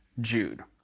Jude